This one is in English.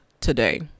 today